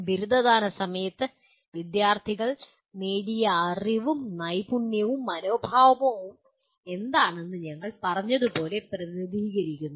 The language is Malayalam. ബിരുദദാന സമയത്ത് വിദ്യാർത്ഥികൾ നേടിയ അറിവും നൈപുണ്യവും മനോഭാവവും എന്താണെന്ന് ഞങ്ങൾ പറഞ്ഞതു പോലെ ഫലങ്ങൾ പ്രതിനിധീകരിക്കുന്നു